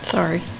Sorry